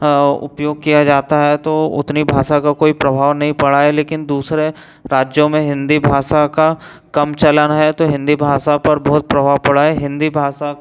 उपयोग किया जाता है तो उतनी भाषा का कोई प्रभाव नहीं पड़ा है लेकिन दूसरे राज्यों में हिंदी भाषा का कम चलन है तो हिंदी भाषा पर बहुत प्रभाव पड़ा है हिंदी भाषा